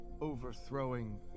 overthrowing